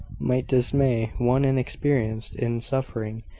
might dismay one inexperienced in suffering,